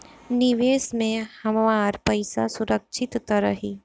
निवेश में हमार पईसा सुरक्षित त रही?